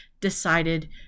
decided